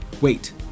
Wait